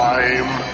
Time